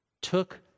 took